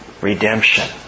Redemption